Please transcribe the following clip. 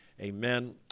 amen